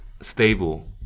stable